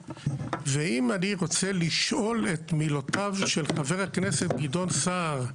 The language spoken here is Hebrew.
ואם אני רוצה לשאול את מילותיו של חבר הכנסת גדעון סער,